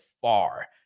far